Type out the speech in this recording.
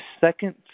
second